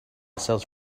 sells